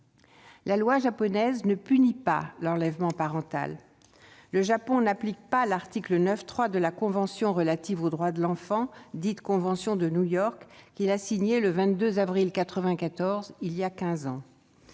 La loi japonaise ne punit pas l'enlèvement parental. Le Japon n'applique pas l'article 9-3 de la convention relative aux droits de l'enfant, dite convention de New York, qu'il a signée le 22 avril 1994- voilà quinze ans